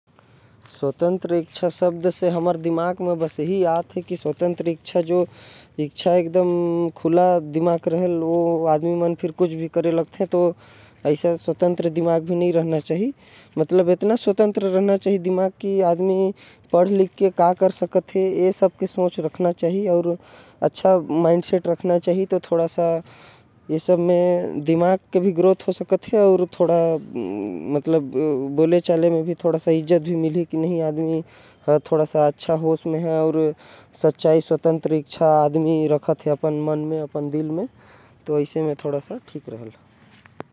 स्वतंत्र इच्छा शब्द से हमर दिमाग में यही आथे। स्वतंत्र दिमाग़ जयदा नही रखे के चाही। जयदा स्वतंत्रता हमन ला भटका देल इतना स्वतंत्र दिमाग रखे। आदमी की अपन अच्छा बुरा सोच समझ ले लिख पढ़ ले। अच्छा माइंड सेट रहे सच्चाई स्वतंत्र रहे जेकर ले। दिमाग के ग्रोथ हो अउ इमेज़ भी बने रहे बोले चाले के भी बने रहेल।